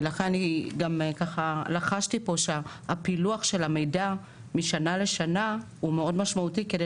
לכן גם לחשתי שהפילוח של המידע משנה לשנה מאוד משמעותי כדי